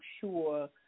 sure